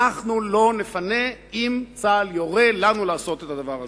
אנחנו לא נפנה אם צה"ל יורה לנו לעשות את הדבר הזה.